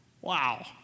Wow